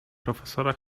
profesora